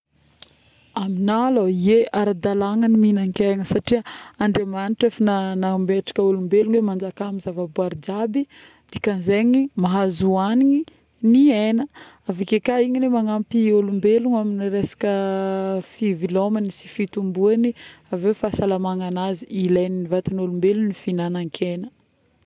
Amigna lôha ee, ie ara-dalagna minan-kegna satria Andriamagnitry efa nametraka olombelogno hoe manjaka amin'ny zavaboahary jiaby dikagn'zegny mahazo hagniny ny hena, aveke ka igny egne magnampy olombelogno amin'ny resaka˂hesitation˃ fivelomagna sy fitombogny avieo fahasalamagnazy ilaign'ny vatan'olombelogno ny finagnan-kena